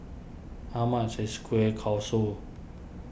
how much is Kueh Kosui